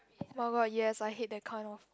oh-my-god yes I hate that kind of